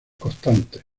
constantes